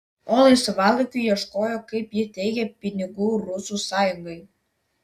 o laisvalaikiu ieškojo kaip ji teigė pinigų rusų sąjungai